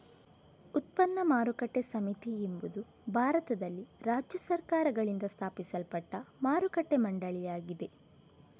ಉತ್ಪನ್ನ ಮಾರುಕಟ್ಟೆ ಸಮಿತಿ ಎಂಬುದು ಭಾರತದಲ್ಲಿ ರಾಜ್ಯ ಸರ್ಕಾರಗಳಿಂದ ಸ್ಥಾಪಿಸಲ್ಪಟ್ಟ ಮಾರುಕಟ್ಟೆ ಮಂಡಳಿಯಾಗಿದೆ